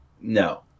no